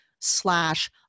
slash